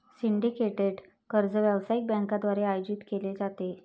syndicated कर्ज व्यावसायिक बँकांद्वारे आयोजित केले जाते